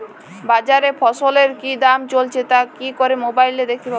বাজারে ফসলের কি দাম চলছে তা কি করে মোবাইলে দেখতে পাবো?